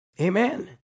Amen